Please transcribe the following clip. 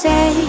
Say